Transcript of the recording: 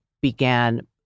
began